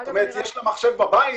יש לה מחשב בבית,